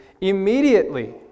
immediately